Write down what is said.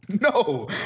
No